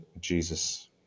Jesus